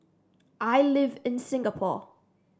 I live in Singapore